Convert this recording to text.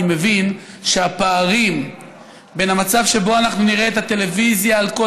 אני מבין שהפערים בין המצב שבו אנחנו נראה את הטלוויזיה על כל